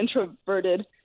introverted